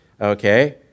okay